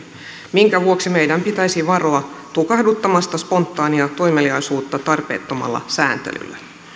minkä vuoksi meidän pitäisi varoa tukahduttamasta spontaania toimeliaisuutta tarpeettomalla sääntelyllä